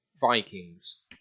Vikings